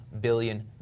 billion